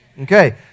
Okay